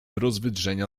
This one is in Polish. rozwydrzenia